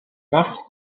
marque